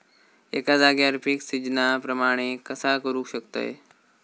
एका जाग्यार पीक सिजना प्रमाणे कसा करुक शकतय?